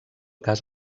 cas